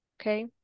Okay